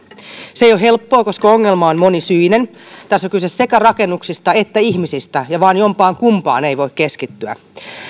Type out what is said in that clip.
se ei ole helppoa koska ongelma on monisyinen tässä on kyse sekä rakennuksista että ihmisistä ja vain jompaan kumpaan ei voi keskittyä